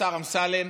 השר אמסלם,